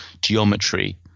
geometry